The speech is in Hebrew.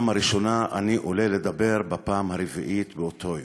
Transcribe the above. הראשונה אני עולה לדבר בפעם הרביעית באותו היום.